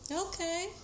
Okay